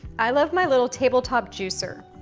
i love my little tabletop juicer.